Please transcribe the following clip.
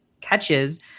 catches